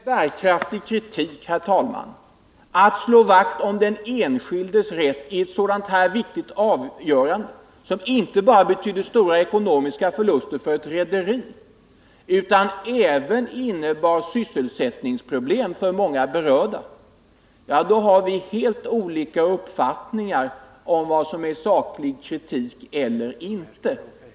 Herr talman! Om det inte är en bärkraftig kritik att hävda att man borde ha slagit vakt om den enskildes rätt i ett sådant här viktigt avgörande, som inte bara betydde stora ekonomiska förluster för ett rederi utan även innebar sysselsättningsproblem för många berörda, då har vi helt olika uppfattningar om vad som är saklig kritik eller inte.